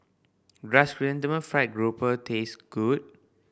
does Chrysanthemum Fried Grouper taste good